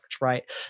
right